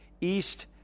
East